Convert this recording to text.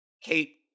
Kate